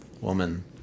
woman